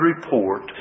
report